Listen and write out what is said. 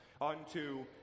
unto